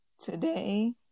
today